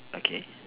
okay